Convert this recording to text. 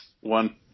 one